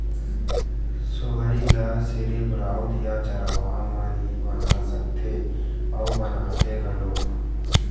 सोहई ल सिरिफ राउत या चरवाहा मन ही बना सकथे अउ बनाथे घलोक